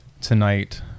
tonight